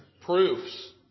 Proofs